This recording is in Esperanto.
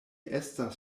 estas